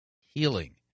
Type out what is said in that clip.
healing